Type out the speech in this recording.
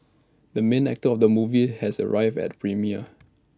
the main actor of the movie has arrived at premiere